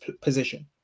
position